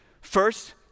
First